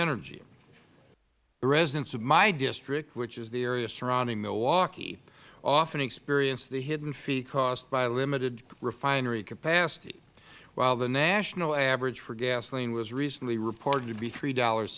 energy the residents of my district which is the area surrounding milwaukee often experience the hidden fee cost by limited refinery capacity while the national average for gasoline was reasonably reported to be three dollars